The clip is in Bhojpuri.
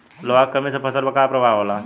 लोहा के कमी से फसल पर का प्रभाव होला?